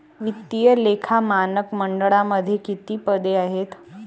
वित्तीय लेखा मानक मंडळामध्ये किती पदे आहेत?